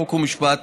חוק ומשפט